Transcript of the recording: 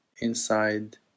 inside